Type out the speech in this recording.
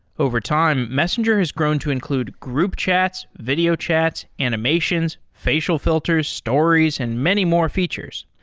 over time, messenger has grown to include group chats, video chats, animations, facial filters, stories and many more features.